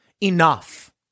enough